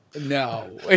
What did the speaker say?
No